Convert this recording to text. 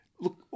look